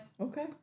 Okay